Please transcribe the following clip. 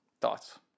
Thoughts